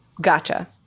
Gotcha